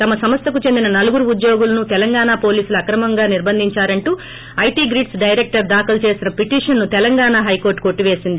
తమ సంస్థకు చెందిన నలుగురు ఉద్యోగులను తెలంగాణ పోలీసులు అక్రమంగా నిర్బంధించారంటూ ఐటీ గ్రిడ్స్ డైరెక్టర్ ే దాఖలు చేసిన పిటిషన్ను తెలంగాణ హైకోర్టు కొట్టివేసింది